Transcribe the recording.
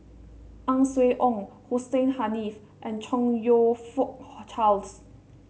Ang Swee Aun Hussein Haniff and Chong You Fook Charles